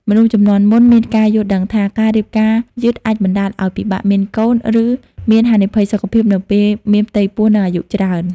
មនុស្សជំនាន់មុនមានការយល់ដឹងថា ការរៀបការយឺតអាចបណ្ដាលឲ្យពិបាកមានកូន ឬមានហានិភ័យសុខភាពនៅពេលមានផ្ទៃពោះនៅអាយុច្រើន ។